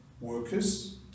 workers